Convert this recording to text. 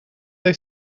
they